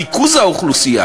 ריכוז האוכלוסייה